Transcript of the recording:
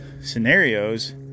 scenarios